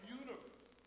universe